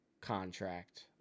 contract